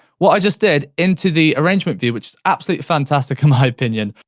what i just did into the arrangement view which is absolutely fantastic in my opinion.